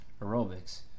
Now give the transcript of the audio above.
aerobics